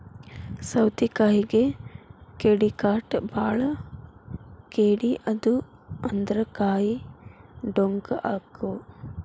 ಸೌತಿಕಾಯಿಗೆ ಕೇಡಿಕಾಟ ಬಾಳ ಕೇಡಿ ಆದು ಅಂದ್ರ ಕಾಯಿ ಡೊಂಕ ಅಕಾವ್